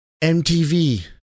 MTV